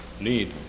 need